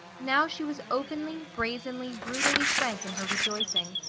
now she was openly, brazenly, brutally, frank in her rejoicing.